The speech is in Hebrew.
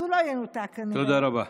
אז הוא לא ינותק כנראה, תודה רבה.